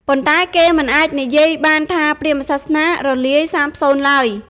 ប៉ុន្តែ គេមិនអាចនិយាយបានថាព្រាហ្មណ៍សាសនារលាយសាបសូន្យឡើយ។